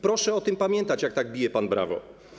Proszę o tym pamiętać, jak tak bije pan brawo.